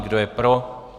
Kdo je pro?